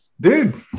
dude